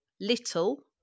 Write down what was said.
little